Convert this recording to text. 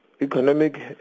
economic